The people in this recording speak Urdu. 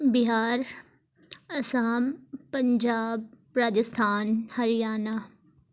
بہار آسام پنجاب راجستھان ہریانہ